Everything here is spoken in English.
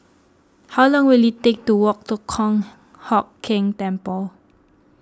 how long will it take to walk to Kong Hock Keng Temple